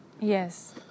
Yes